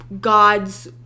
God's